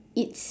its